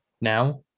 now